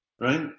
right